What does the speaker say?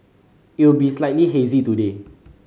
it will be slightly hazy today